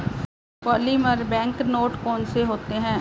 polymer bank note कौन से होते हैं